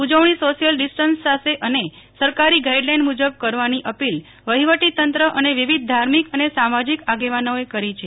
ઉજવણી social distance સાથે સરકારી ગાઈડલાઈન મુજબ કરવાની અપોલ વહવટી તંત્ર અને વિવિધ ધાર્મિક અને સામાજીક આગેવાનોએ કરી છે